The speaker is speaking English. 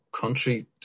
country